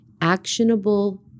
actionable